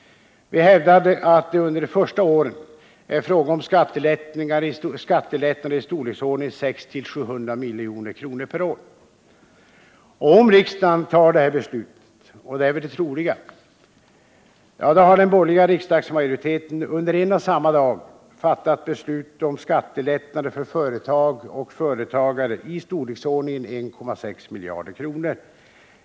Vi hävdar att det under de första åren är fråga om skattelättnader i storleksordningen 600-700 milj.kr. per år. Om riksdagen fattar det beslutet — och det är väl det troliga — har den borgerliga riksdagsmajoriteten under en och samma dag fattat beslut om skattelättnader för företag och företagare i storleksordningen 1,6 miljarder kronor.